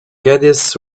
caddies